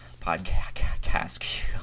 podcast